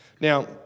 Now